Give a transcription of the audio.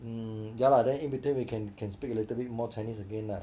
um ya lah then in between we can can speak a little more chinese again lah